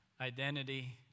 identity